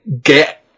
get